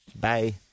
Bye